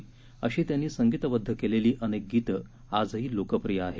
अशी त्यांनी संगीतबद्ध केलेली अनेक गीते आजही लोकप्रिय आहेत